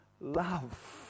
Love